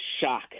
shock